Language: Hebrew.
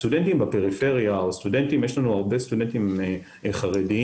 הסטודנטים בפריפריה או יש לנו הרבה סטודנטים חרדים,